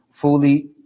fully